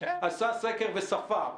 עשה סקר וספר.